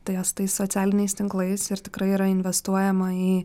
tai jo su tais socialiniais tinklais ir tikrai yra investuojama į